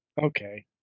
Okay